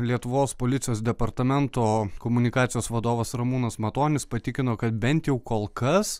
lietuvos policijos departamento komunikacijos vadovas ramūnas matonis patikino kad bent jau kol kas